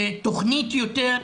תכנית יותר,